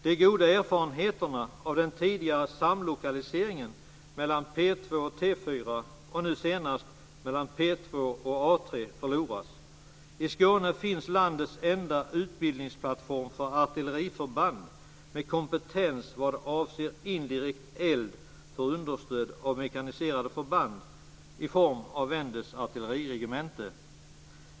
De goda erfarenheterna av den tidigare samlokaliseringen mellan P 2 och I Skåne finns landets enda utbildningsplattform för artilleriförband med kompetens vad avser indirekt eld för understöd av mekaniserade förband i form av Wendes artilleriregemente.